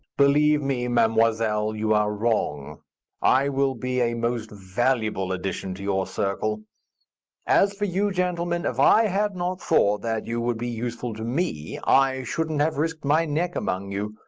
believe me, mademoiselle, you are wrong i will be a most valuable addition to your circle as for you, gentlemen, if i had not thought that you would be useful to me i shouldn't have risked my neck among you,